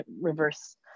reverse